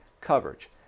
coverage